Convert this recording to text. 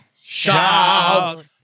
Shout